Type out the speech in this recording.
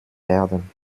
werden